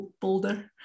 bolder